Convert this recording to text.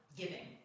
giving